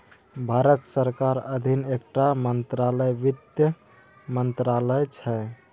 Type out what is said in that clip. भारत सरकारक अधीन एकटा मंत्रालय बित्त मंत्रालय छै